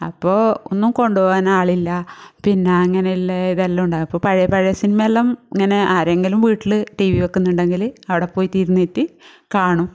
അപ്പോൾ ഒന്നും കൊണ്ട് പോവാൻ ആളില്ല പിന്നെ അങ്ങനെ ഇല്ലെ ഇതെല്ലാം ഉണ്ടാവും അപ്പം പഴയ പഴയ സിനിമയെല്ലാം ഇങ്ങനെ ആരെങ്കിലും വീട്ടിൽ ടി വി വെയ്ക്കുന്നുണ്ടെങ്കിൽ അവിടെ പോയിട്ട് ഇരുന്നിട്ട് കാണും